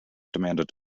demanded